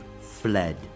fled